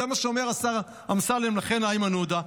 זה מה שאומר לכם השר אמסלם, איימן עודה.